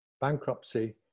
bankruptcy